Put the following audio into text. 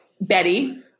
Betty